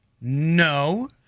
No